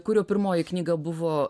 kurio pirmoji knyga buvo